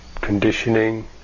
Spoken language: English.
conditioning